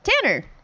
Tanner